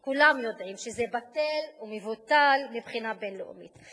כולם יודעים שזה בטל ומבוטל מבחינה בין-לאומית.